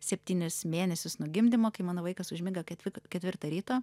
septynis mėnesius nuo gimdymo kai mano vaikas užmigo ketvi ketvirtą ryto